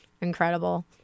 incredible